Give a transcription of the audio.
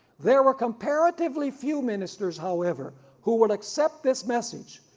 there were comparatively few ministers however who will accept this message,